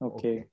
Okay